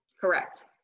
Correct